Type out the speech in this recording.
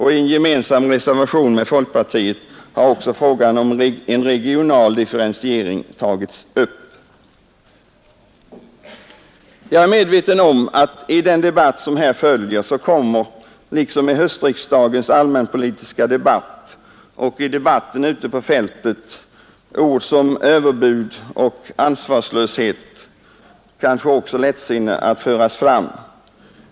I gemensam reservation med folkpartiet har också frågan om en regional differentiering tagits upp. Jag är medveten om att i den debatt som här följer kommer liksom i höstriksdagens allmänpolitiska debatt och i debatten ute på fältet ord sådana som överbud och ansvarslöshet, kanske också lättsinne att föras fram.